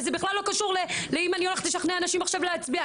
וזה בכלל לא קשור לאם אני הולכת לשכנע אנשים עכשיו להצביע,